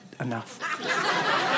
enough